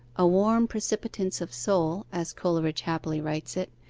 a warm precipitance of soul as coleridge happily writes it,